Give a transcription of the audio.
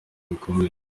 bikomeye